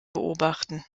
beobachten